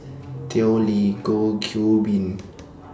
Tao Li Goh Qiu Bin and Chandra Das